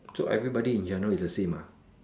so everybody in general is the same mah